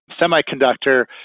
semiconductor